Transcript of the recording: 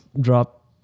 drop